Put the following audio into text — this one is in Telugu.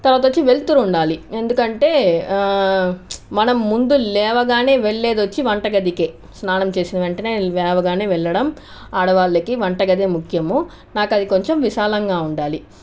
తర్వాత వచ్చి వెలుతురు ఉండాలి ఎందుకంటే మనం ముందు లేవగానే వెళ్ళేది వచ్చి వంటగదికే స్నానం చేసిన వెంటనే లేవగానే వెళ్ళడం ఆడవాళ్ళకి వంటగది ముఖ్యము నాకు అది కొంచెం విశాలంగా ఉండాలి